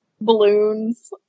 balloons